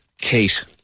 Kate